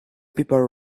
people